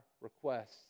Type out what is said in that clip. requests